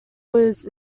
was